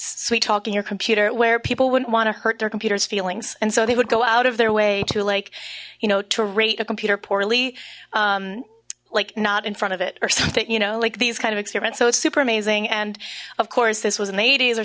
sweet talk in your computer where people wouldn't want to hurt their computers feelings and so they would go out of their way to like you know to rate a computer poorly like not in front of it or something you know like these kind of experiments so it's super amazing and of course this was in